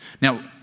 Now